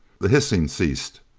the hissing ceased.